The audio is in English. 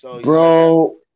Bro